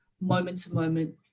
moment-to-moment